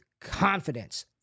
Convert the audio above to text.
confidence